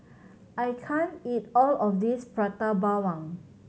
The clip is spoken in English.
I can't eat all of this Prata Bawang